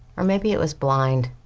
or maybe it was blind.